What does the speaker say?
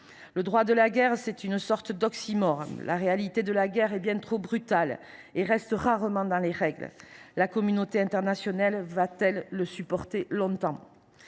Le droit de la guerre est une sorte d’oxymore : la réalité de la guerre est bien trop brutale et reste rarement dans le cadre de ces règles. La communauté internationale va t elle le supporter longtemps ?